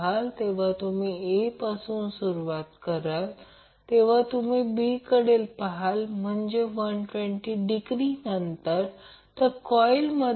तर त्या बाबतीत P चे मूल्य जास्तीत जास्त आहे कारण x g XL x g XL म्हणजे x g x g XL 0 म्हणजे ही संज्ञा तेथे नसेल